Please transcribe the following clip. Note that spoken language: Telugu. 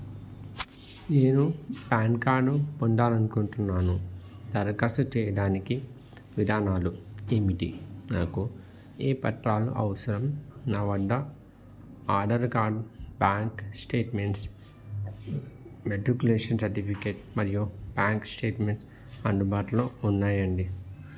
నేను ప్యాన్ కార్డు పొందాలి అనుకుంటున్నాను దరఖాస్తు చెయ్యడానికి విధానాలు ఏమిటి నాకు ఏపత్రాలు అవసరం నా వద్ద Aadhaar card bank statements matriculation certificate మరియు బ్యాంక్ స్టేట్మెంట్స్ అందుబాటులో ఉన్నాయండి